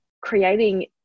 creating